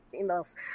emails